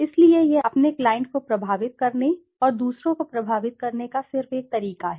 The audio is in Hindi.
इसलिए यह आपके क्लाइंट को प्रभावित करने अपने क्लाइंट को प्रभावित करने और दूसरों को प्रभावित करने का सिर्फ एक तरीका है